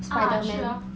ah 是啊